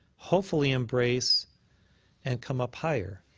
hopefully embrace and come up higher.